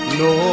no